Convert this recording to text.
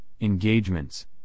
engagements